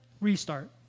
restart